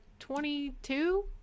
Twenty-two